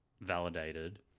validated